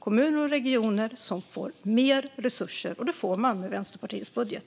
Kommuner och regioner behöver få mer resurser, och det får de i Vänsterpartiets budget.